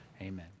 Amen